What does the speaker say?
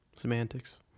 Semantics